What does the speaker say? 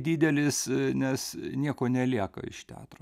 didelis nes nieko nelieka iš teatro